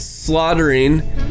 slaughtering